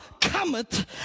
cometh